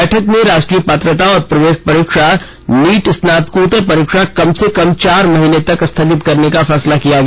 बैठक में राष्ट्रीय पात्रता और प्रवेश परीक्षा नीट स्नातकोत्तर परीक्षा कम से कम चार महीने तक स्थगित करने का फैसला किया गया